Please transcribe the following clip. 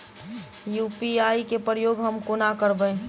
UPI केँ प्रयोग हम कोना करबे?